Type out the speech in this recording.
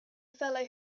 fellow